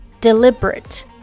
deliberate